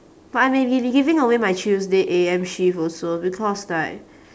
but I may be giving away my tuesday A_M shift also because like